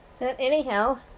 Anyhow